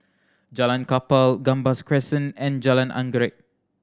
Jalan Kapal Gambas Crescent and Jalan Anggerek